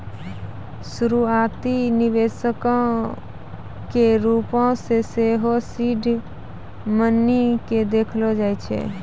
शुरुआती निवेशो के रुपो मे सेहो सीड मनी के देखलो जाय छै